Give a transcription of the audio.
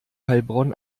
heilbronn